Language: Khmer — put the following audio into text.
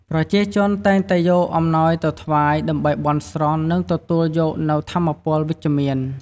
ប្រជាជនតែងតែយកអំណោយទៅថ្វាយ ដើម្បីបន់ស្រន់ និងទទួលយកនូវថាមពលវិជ្ជមាន។